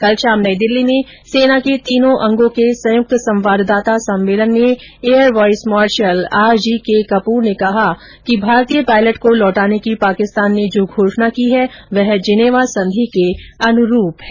कल शाम नई दिल्ली में सेना के तीनों अगों के संयुक्त संवाददाता सम्मेलन में air vice marshal R G K Kapoor ने कहा कि भारतीय पायलट को लौटाने की पाकिस्तान ने जो घोषणा की है वह जिनेवा संधि के अनुरूप है